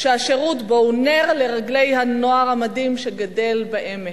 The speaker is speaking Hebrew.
שהשירות בו הוא נר לרגלי הנוער המדהים שגדל בעמק,